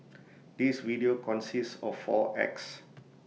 this video consists of four acts